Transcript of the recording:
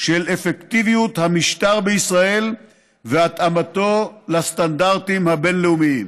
של אפקטיביות המשטר בישראל והתאמתו לסטנדרטים הבין-לאומיים.